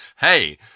Hey